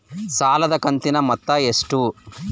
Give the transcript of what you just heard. ಸಾಲದ ಕಂತಿನ ಮೊತ್ತ ಎಷ್ಟು?